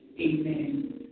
Amen